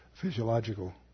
physiological